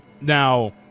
Now